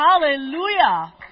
hallelujah